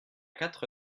quatre